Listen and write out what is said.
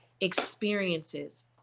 experiences